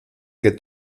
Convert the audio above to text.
que